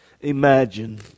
imagine